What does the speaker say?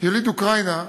יליד אוקראינה,